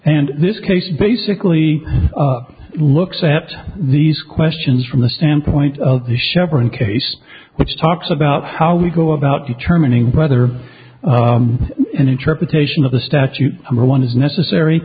and this case basically looks at these questions from the standpoint of the chevron case which talks about how we go about determining whether an interpretation of the statute or one is necessary